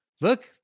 Look